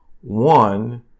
One